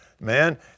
Man